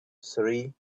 three